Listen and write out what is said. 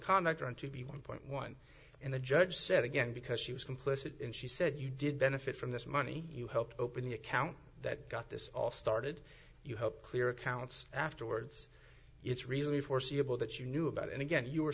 contact on t v one point one and the judge said again because she was complicit and she said you did benefit from this money you helped open the account that got this all started you helped clear accounts afterwards it's really foreseeable that you knew about and again you